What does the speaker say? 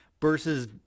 versus